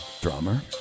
drummer